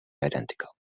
identical